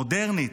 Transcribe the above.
מודרנית.